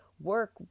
work